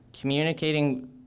communicating